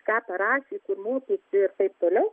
ką parašė kur mokėsi ir taip toliau